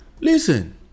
listen